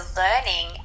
learning